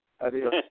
Adios